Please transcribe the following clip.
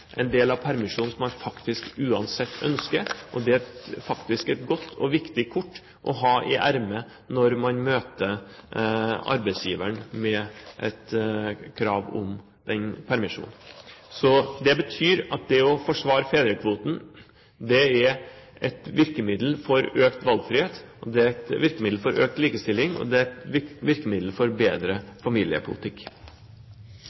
en del av permisjonen som man faktisk uansett ønsker. Det er et godt og viktig kort å ha i ermet når man møter arbeidsgiveren med et krav om den permisjonen. Det betyr at å forsvare fedrekvoten er et virkemiddel for økt valgfrihet. Det er et virkemiddel for økt likestilling, og det er et virkemiddel for bedre